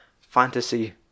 fantasy